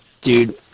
Dude